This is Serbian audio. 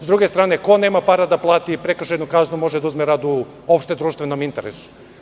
S druge strane, ko nema para da plati prekršajnu kaznu, može da uzme rad u opštedruštvenom interesu.